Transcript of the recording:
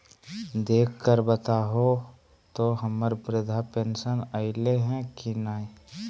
देख कर बताहो तो, हम्मर बृद्धा पेंसन आयले है की नय?